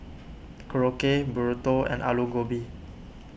Korokke Burrito and Alu Gobi